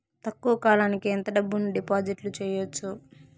తక్కువ కాలానికి ఎంత డబ్బును డిపాజిట్లు చేయొచ్చు?